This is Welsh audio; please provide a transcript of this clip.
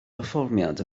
perfformiad